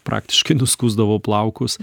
praktiškai nuskusdavo plaukus